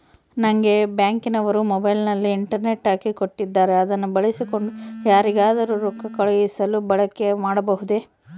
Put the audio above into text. ನಂಗೆ ಬ್ಯಾಂಕಿನವರು ಮೊಬೈಲಿನಲ್ಲಿ ಇಂಟರ್ನೆಟ್ ಹಾಕಿ ಕೊಟ್ಟಿದ್ದಾರೆ ಅದನ್ನು ಬಳಸಿಕೊಂಡು ಯಾರಿಗಾದರೂ ರೊಕ್ಕ ಕಳುಹಿಸಲು ಬಳಕೆ ಮಾಡಬಹುದೇ?